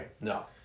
No